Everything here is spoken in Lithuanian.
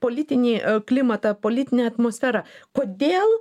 politinį klimatą politinę atmosferą kodėl